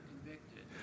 convicted